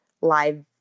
live